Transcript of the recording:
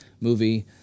movie